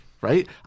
right